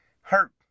hurt